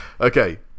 Okay